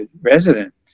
resident